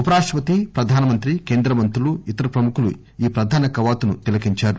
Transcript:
ఉపరాష్ట పతి ప్రధానమంత్రి కేంద్ర మంత్రులు ఇతర ప్రముఖులు ఈ ప్రధాన కవాతును తిలకించారు